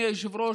אדוני היושב-ראש,